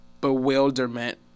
bewilderment